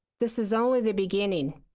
this is only the beginning.